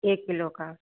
एक किलो का